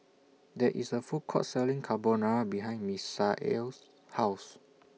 There IS A Food Court Selling Carbonara behind Misael's House